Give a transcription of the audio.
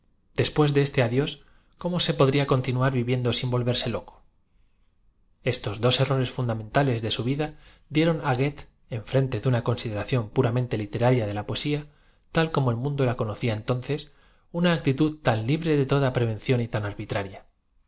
después de este adiós cómo se podría continuar vivien do sin volverse lo co estos dos errores fundamentales de su vid a dieron á goethe en frente de una consideración puramente literaria de la poesía ta l como el mundo la conocía entonces una actitud tan libre de toda pre vención y tan arbitraría